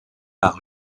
par